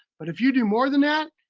but if you do more than that,